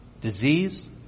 Disease